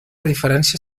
diferència